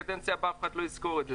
בקדנציה הבאה אף אחד לא יזכור את זה.